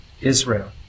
Israel